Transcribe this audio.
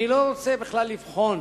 אני לא רוצה בכלל לבחון